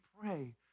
pray